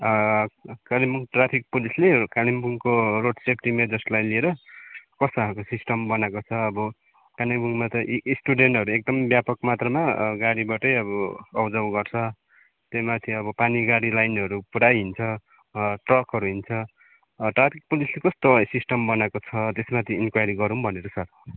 Kalimpong traffic पुलिसले कालिम्पोङको road safety मेजर्सलाई लिएर कस्तो खाल्को सिस्टम बनाएको छ अब कालिम्पोङमा त इ स्टुडेन्टहरू एकदम व्यापक मात्रामा गाडीबाटै अब आउजाउ गर्छ त्यहीमाथि अब पानी गाडी लाइनहरू पूरा हिँड्छ ट्रकहरू हिँह्छ ट्राफिक पुलिसले कस्तो सिस्टम बनाएको छ त्यसमाथि इन्क्वारी गरौँ भनेर सर